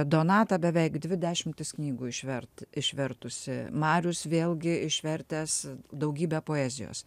donata beveik dvi dešimtis knygų iš vert išvertusi marius vėlgi išvertęs daugybę poezijos